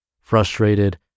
frustrated